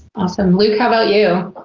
awesome, luke, how about you?